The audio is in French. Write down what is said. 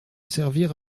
servir